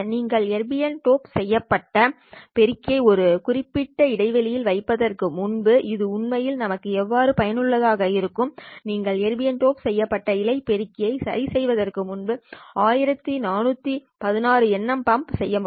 நீங்கள் எர்பியம் டாக் இழை பெருக்கியை ஒரு இடைவெளியில் வைப்பதற்கு முன்பு இது உண்மையில் நமக்கு எவ்வாறு பயனுள்ளதாக இருக்கும் நீங்கள் எர்பியம் டோப் செய்யப்பட்ட இழை பெருக்கிகளை சரி செய்வதற்கு முன்பு 1416nm பம்ப் செய்ய முடியும்